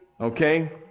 Okay